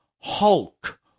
hulk